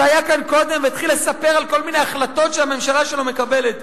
שהיה כאן קודם והתחיל לספר על כל מיני החלטות שהממשלה שלו מקבלת.